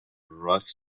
rock